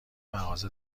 مغازه